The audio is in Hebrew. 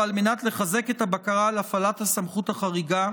ועל מנת לחזק את הבקרה על הפעלת הסמכות החריגה,